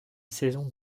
saison